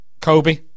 Kobe